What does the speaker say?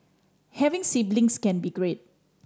having siblings can be great